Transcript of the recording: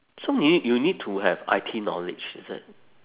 so you need you need to have I_T knowledge is it